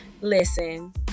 Listen